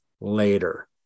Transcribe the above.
later